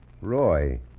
Roy